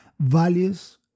values